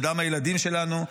בדם הילדים שלנו,